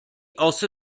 also